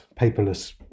Paperless